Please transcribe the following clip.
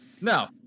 No